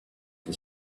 can